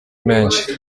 menshi